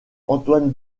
antoine